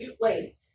wait